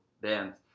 bands